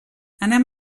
anem